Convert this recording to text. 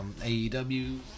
AEW